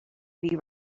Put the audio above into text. heavy